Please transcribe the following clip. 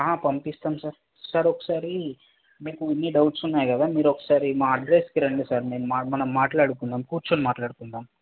పంపిస్తాం sir sir ఒకసారి మీకు ఇన్ని డౌట్స్ ఉన్నాయి కదా మీరు ఒకసారి మా అడ్రస్కి రండి సార్ మీరు మనం మాట్లాడుకుందాం కూర్చుని మాట్లాడుకుందాం